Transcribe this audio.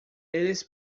eles